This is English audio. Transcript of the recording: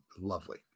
lovely